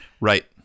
Right